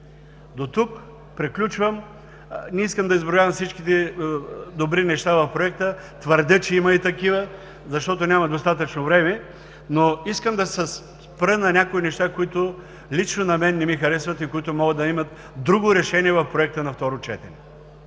Дотук приключвам, не искам да изброявам всичките добри неща в Проекта – твърдя, че има и такива, защото няма достатъчно време, но искам да се спра на някои неща, които лично на мен не ми харесват и които могат да имат друго решение в Проекта на второ четене.